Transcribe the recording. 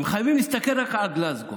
הם חייבים להסתכל רק על גלזגו,